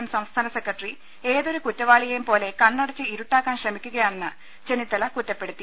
M സംസ്ഥാന secretary ഏതൊരു കുറ്റവാളിയെയും പോലെ കണ്ണ ടച്ച് ഇരുട്ടാക്കാൻ ശ്രമിക്കുകയാണെന്ന് ചെന്നിത്തല കുറ്റപ്പെടുത്തി